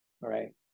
right